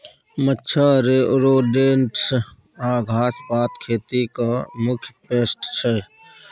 मच्छर, रोडेन्ट्स आ घास पात खेतीक मुख्य पेस्ट छै